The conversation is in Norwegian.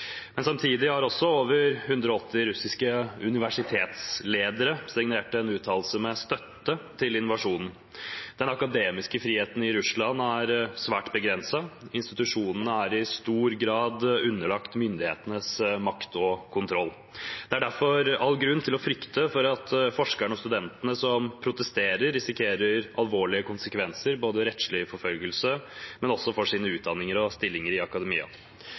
Samtidig har over 180 russiske universitetsledere signert en uttalelse med støtte til invasjonen. Den akademiske friheten i Russland er svært begrenset. Institusjonene er i stor grad underlagt myndighetenes makt og kontroll. Det er derfor all grunn til å frykte for at forskerne og studentene som protesterer, risikerer alvorlige konsekvenser, både rettslig forfølgelse og også for sine utdanninger og stillinger i akademia.